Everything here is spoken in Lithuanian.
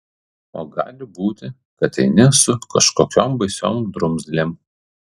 o gali būti kad eini su kažkokiom baisiom drumzlėm